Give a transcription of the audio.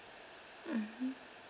mmhmm